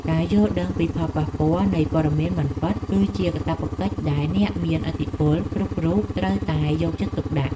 ការយល់ដឹងពីផលប៉ះពាល់នៃព័ត៌មានមិនពិតគឺជាកាតព្វកិច្ចដែលអ្នកមានឥទ្ធិពលគ្រប់រូបត្រូវតែយកចិត្តទុកដាក់។